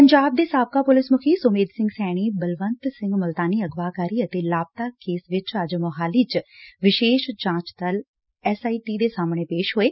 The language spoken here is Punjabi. ਪੰਜਾਬ ਦੇ ਸਾਬਕਾ ਪੁਲਿਸ ਮੁਖੀ ਸੁਮੇਧ ਸਿੰਘ ਸੈਣੀ ਬਲਵੰਤ ਸਿੰਘ ਮੁਲਤਾਨੀ ਅਗਵਾਕਾਰੀ ਅਤੇ ਲਾਪਤਾ ਕੇਸ ਵਿਚ ਅੱਜ ਮੁਹਾਲੀ ਚ ਵਿਸ਼ੇਸ਼ ਜਾਂਚ ਦਲ ਦੇ ਸਾਹਮਣੇ ਪੇਸ਼ ਹੋਏ